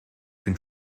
can